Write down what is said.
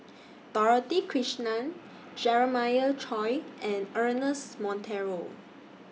Dorothy Krishnan Jeremiah Choy and Ernest Monteiro